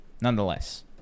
nonetheless